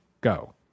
go